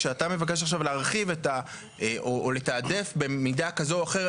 כשאתה מבקש עכשיו להרחיב או לתעדף במידה כזו או אחרת,